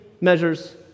measures